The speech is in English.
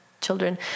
children